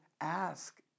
ask